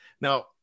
Now